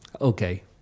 Okay